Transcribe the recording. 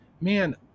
man